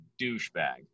douchebag